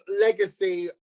legacy